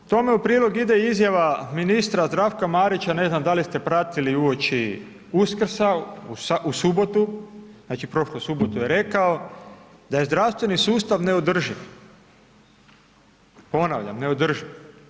Tome u prilog ide izjava ministra Zdravka Marića, ne znam da li ste pratili uoči Uskrsa, u subotu, znači prošlu subotu je rekao da je zdravstveni sustav neodrživ, ponavljam neodrživ.